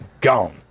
gone